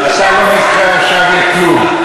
אתה לא נקרא עכשיו לכלום.